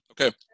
Okay